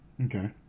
okay